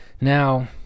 Now